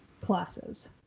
classes